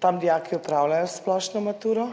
tam dijaki opravljajo splošno maturo